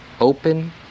open